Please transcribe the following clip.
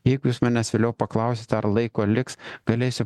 jeigu jūs manęs vėliau paklausit ar laiko liks galėsiu